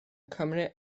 cymru